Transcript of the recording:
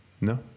No